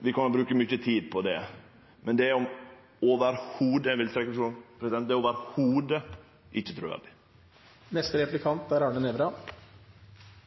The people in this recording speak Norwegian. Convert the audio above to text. vi kan bruke mykje tid på det – er i det heile ikkje truverdig. Jeg registrerer at statsråden ikke helt svarte på det siste spørsmålet – men det har for så vidt ikke noe med meg å